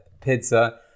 Pizza